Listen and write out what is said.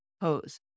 pose